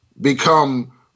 Become